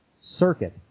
circuit